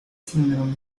síndrome